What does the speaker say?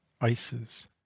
ices